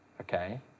okay